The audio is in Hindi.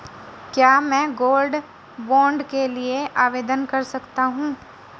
क्या मैं गोल्ड बॉन्ड के लिए आवेदन कर सकता हूं?